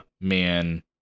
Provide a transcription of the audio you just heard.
man